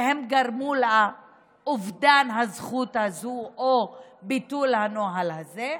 ולכך שהם גרמו לאובדן הזכות הזו או לביטול הנוהל הזה.